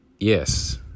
Yes